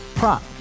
Prop